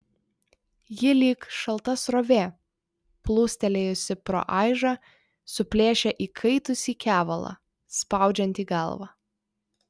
ji lyg šalta srovė plūstelėjusi pro aižą suplėšė įkaitusį kevalą spaudžiantį galvą